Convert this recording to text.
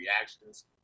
reactions